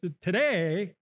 today